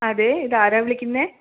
അതെ ഇതാരാ വിളിക്കുന്നത്